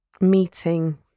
meeting